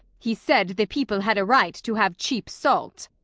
he said the people had a right to have cheap salt.